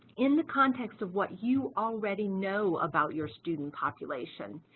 in the context of what you already know about your student population.